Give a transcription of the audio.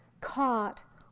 caught